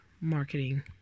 marketing